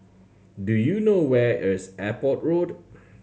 do you know where is Airport Road